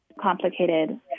complicated